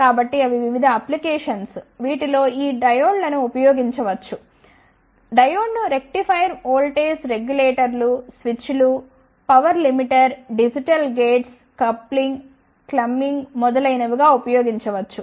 కాబట్టి అవి వివిధ అప్లికేషన్స్ వీటిలో ఈ డయోడ్లను ఉపయోగించవచ్చు డయోడ్ను రెక్టిఫైయర్ వోల్టేజ్ రెగ్యులేటర్లు స్విచ్లు పవర్ లిమిటర్ డిజిటల్ గేట్లు క్లిప్పింగ్ క్లమ్పింగ్ మొదలైనవిగా ఉపయోగించవచ్చు